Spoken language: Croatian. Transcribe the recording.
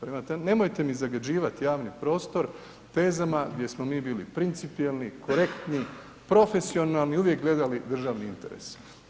Prema tome, nemojte mi zagađivati javni prostor tezama gdje smo mi bili principijelni, korektni, profesionalni, uvijek gledali državni interes.